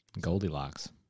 Goldilocks